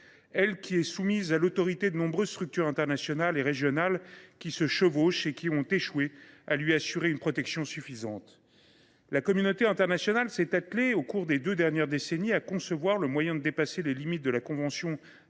Elle est soumise à l’autorité de nombreuses structures internationales et régionales qui se chevauchent et qui ont échoué à lui assurer une protection suffisante. La communauté internationale s’est attelée, au cours des deux dernières décennies, à concevoir le moyen de dépasser les limites de la convention adoptée